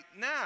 now